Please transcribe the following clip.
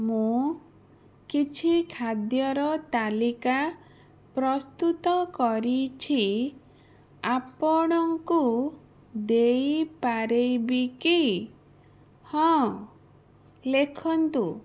ମୁଁ କିଛି ଖାଦ୍ୟର ତାଲିକା ପ୍ରସ୍ତୁତ କରିଛି ଆପଣଙ୍କୁ ଦେଇ ପାରିବି କି ହଁ ଲେଖନ୍ତୁ